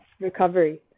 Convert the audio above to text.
recovery